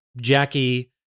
Jackie